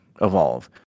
evolve